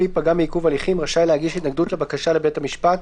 להיפגע מעיכוב הליכים רשאי להגיש התנגדות לבקשה לבית המשפט,